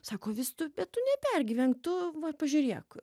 sako avis tu bet tu nepergyvenk tu va pažiūrėk